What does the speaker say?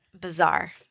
Bizarre